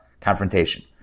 confrontation